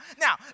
now